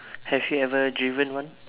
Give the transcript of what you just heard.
have you ever driven one